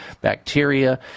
bacteria